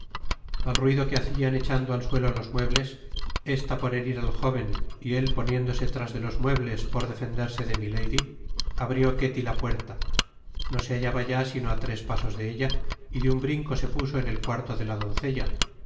al ruido que hacian echando al suelo los muebles esta por herir al jóven y él poniéndose tras de los muebles por defenderse de milady abrió ketty la puerta no se hallaba ya sino á tres pasos de ella y de un brinco se puso en el cuarto de la doncella